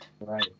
Right